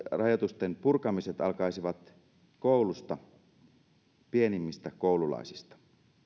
rajoitusten purkamiset alkaisivat koulussa pienimmistä koululaisista